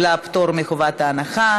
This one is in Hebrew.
לוועדת החינוך,